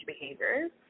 behaviors